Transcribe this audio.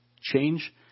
change